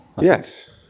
Yes